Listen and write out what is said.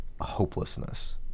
hopelessness